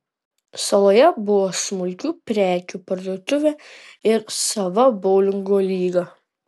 saloje buvo smulkių prekių parduotuvė ir sava boulingo lyga